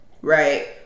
Right